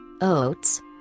oats